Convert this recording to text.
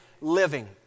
living